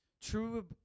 True